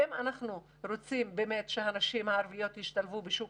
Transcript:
אם אנחנו רוצים שהנשים הערביות תשתלבנה בשוק